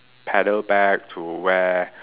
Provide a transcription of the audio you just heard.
paddle back to where